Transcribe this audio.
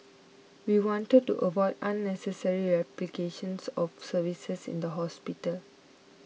we wanted to avoid unnecessary replications of services in the hospital